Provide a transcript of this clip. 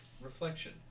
reflection